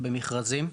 במכרזים.